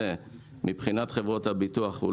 לא יהיה פשוט מבחינת חברות הביטוח.